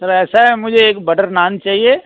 sir ऐसा है मुझे एक बटर नान चाहिए